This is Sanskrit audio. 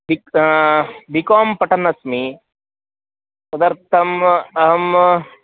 बि बि कोम् पठनस्मि तदर्थम् अहम्